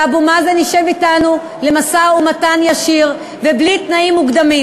שאבו מאזן ישב אתנו למשא-ומתן ישיר ובלי תנאים מוקדמים.